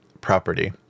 property